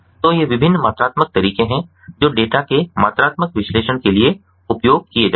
तो ये विभिन्न मात्रात्मक तरीके हैं जो डेटा के मात्रात्मक विश्लेषण के लिए उपयोग किए जाते हैं